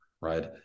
right